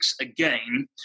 again